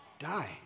die